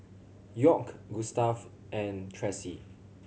York Gustave and Tressie